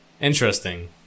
interesting